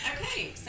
Okay